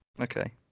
Okay